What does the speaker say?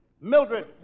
Mildred